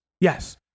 Yes